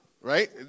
Right